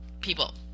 people